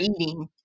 eating